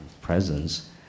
presence